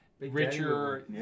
Richer